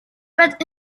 but